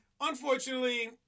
Unfortunately